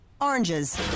oranges